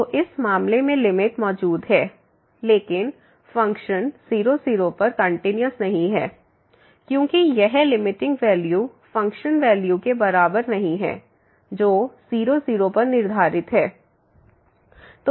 तो इस मामले में लिमिट मौजूद है लेकिन फ़ंक्शन 0 0पर कंटिन्यूस नहीं है क्योंकि यह लिमिटिंग वैल्यू फंक्शन वैल्यू के बराबर नहीं है जो 0 0 पर निर्धारित है